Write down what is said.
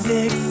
Six